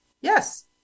Yes